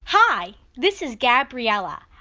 hi, this is gabriela.